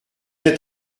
êtes